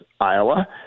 Iowa